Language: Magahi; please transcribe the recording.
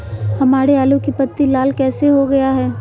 हमारे आलू की पत्ती लाल कैसे हो गया है?